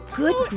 good